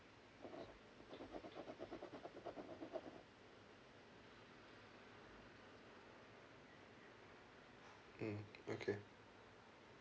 mm okay